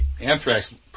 anthrax